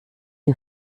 ihr